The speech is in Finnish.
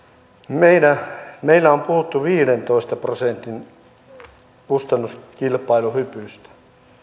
meillä meillä on puhuttu viidentoista prosentin kustannuskilpailukykyhypystä